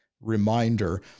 reminder